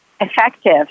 effective